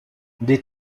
des